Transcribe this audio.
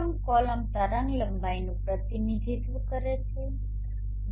પ્રથમ કોલમ તરંગલંબાઇનું પ્રતિનિધિત્વ કરે છે